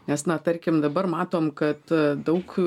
nes na tarkim dabar matom kad daug